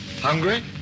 Hungry